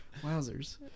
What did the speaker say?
wowzers